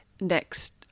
next